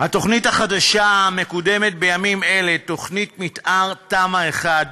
התוכנית החדשה המקודמת בימים אלה, תמ"א 1,